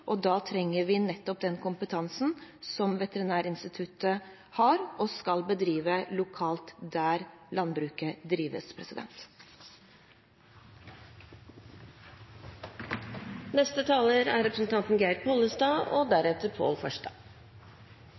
Da trenger vi nettopp den kompetansen som Veterinærinstituttet har og skal bedrive lokalt der landbruket drives. Jeg vil også starte med å gi saksordføreren ros, og